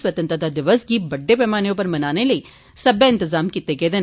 स्वतंत्रता दिवस गी बड्डे पैमाने उप्पर मनाने लेई सब्बै इंतजाम कीते गेदे न